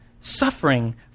suffering